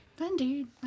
Indeed